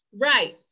Right